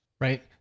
Right